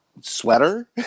Sweater